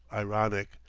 ironic.